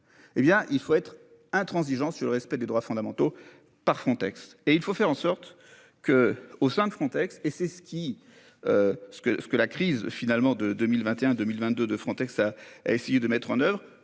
Hé bien il faut être intransigeant sur le respect des droits fondamentaux par Frontex et il faut faire en sorte que, au sein de Frontex et c'est ce qui. Ce que ce que la crise finalement de 2021 2022 de Frontex a essayé de mettre en oeuvre